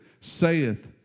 saith